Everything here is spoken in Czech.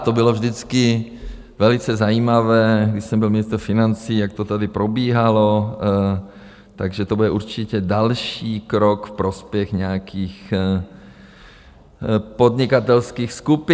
To bylo vždycky velice zajímavé, když jsem byl ministr financí, jak to tady probíhalo, takže to bude určitě další krok v prospěch nějakých podnikatelských skupin.